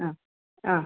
ആ ആ